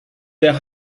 der